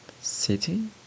City